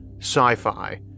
sci-fi